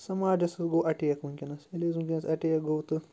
سَماجَس حظ گوٚو اَٹیک وٕنۍکٮ۪نَس ییٚلہِ حظ وٕنۍکٮ۪نَس اَٹیک گوٚو تہٕ